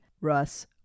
Russ